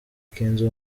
kenzo